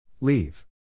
Leave